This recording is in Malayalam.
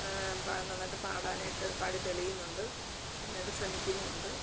പ നന്നായിട്ട് പാടനായിട്ട് പാടിത്തെളിയുന്നുണ്ട് അതിനായിട്ട് ശ്രമിക്കുന്നും ഉണ്ട്